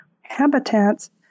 habitats